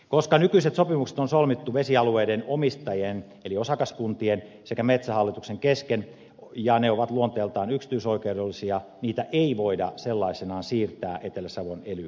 koska nykyiset sopimukset on solmittu vesialueiden omistajien eli osakaskuntien sekä metsähallituksen kesken ja ne ovat luonteeltaan yksityisoikeudellisia niitä ei voida sellaisenaan siirtää etelä savon ely keskukselle